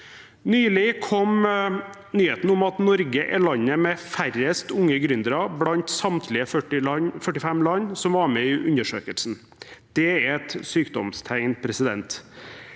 Nylig kom nyheten om at Norge er landet med færrest unge gründere blant samtlige 45 land som var med i undersøkelsen. Det er et sykdomstegn. I dag